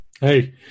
Hey